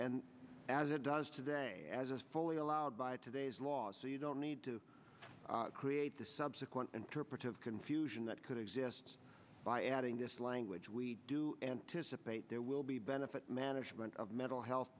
and as it does today as a fully allowed by today's law so you don't need to create the subsequent interpretive confusion that could exist by adding this language we do anticipate there will be benefit management of mental health